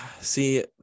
see